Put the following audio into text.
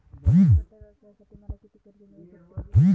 छोट्या व्यवसायासाठी मला किती कर्ज मिळू शकते?